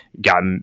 got